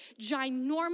ginormous